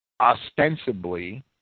ostensibly